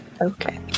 okay